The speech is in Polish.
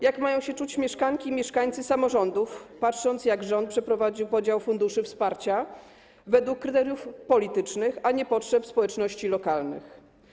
Jak mają się czuć mieszkanki i mieszkańcy samorządów, patrząc, jak rząd przeprowadził podział funduszy wsparcia według kryteriów politycznych, a nie potrzeb społeczności lokalnych?